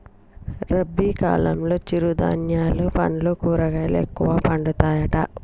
రబీ కాలంలో చిరు ధాన్యాలు పండ్లు కూరగాయలు ఎక్కువ పండుతాయట